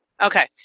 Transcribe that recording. Okay